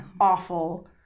awful